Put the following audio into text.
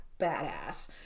badass